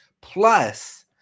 Plus